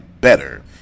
better